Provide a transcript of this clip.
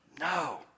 No